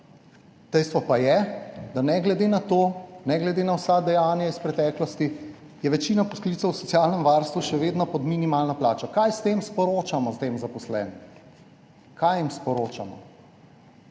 Dejstvo pa je, ne glede na to in ne glede na vsa dejanja iz preteklosti, da je večina poklicev v socialnem varstvu še vedno pod minimalno plačo. Kaj s tem sporočamo tem zaposlenim? Smo pa